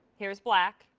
here's black,